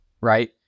right